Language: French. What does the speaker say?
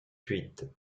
suite